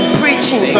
preaching